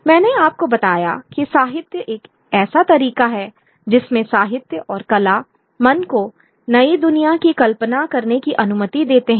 मैंने आपको बताया कि साहित्य एक ऐसा तरीका है जिसमें साहित्य और कला मन को नई दुनिया की कल्पना करने की अनुमति देते हैं